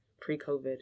pre-COVID